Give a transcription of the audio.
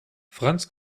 franz